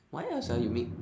what else ah you make